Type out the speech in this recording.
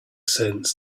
sense